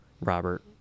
Robert